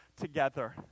together